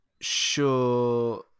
sure